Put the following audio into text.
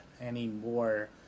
anymore